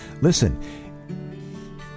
Listen